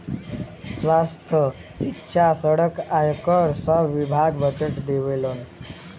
स्वास्थ्य, सिक्षा, सड़क, आयकर सब विभाग बजट देवलन